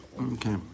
Okay